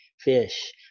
fish